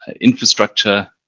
infrastructure